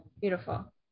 beautiful